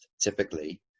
typically